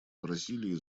бразилии